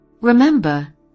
Remember